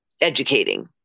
educating